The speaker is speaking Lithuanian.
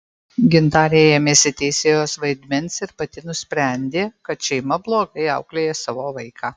gintarė ėmėsi teisėjos vaidmens ir pati nusprendė kad šeima blogai auklėja savo vaiką